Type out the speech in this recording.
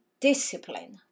discipline